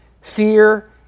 fear